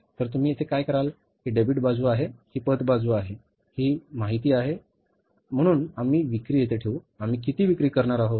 तर तुम्ही येथे काय कराल ही डेबिट बाजू आहे ही पत बाजू आहे ही माहिती आहे ही माहिती आहे म्हणून आम्ही विक्री येथे ठेवू आम्ही किती विक्री करणार आहोत